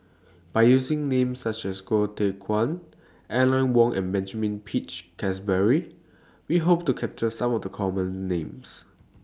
By using Names such as Goh Teck Phuan Aline Wong and Benjamin Peach Keasberry We Hope to capture Some of The Common Names